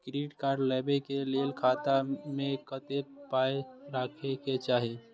Credit card लेबै के लेल खाता मे कतेक पाय राखै के चाही?